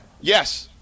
Yes